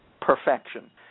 Perfection